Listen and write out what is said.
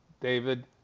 David